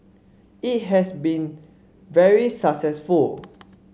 it has been very successful